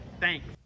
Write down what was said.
Thanks